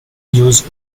use